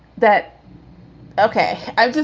that ok. i